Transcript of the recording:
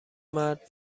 مرد